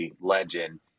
legend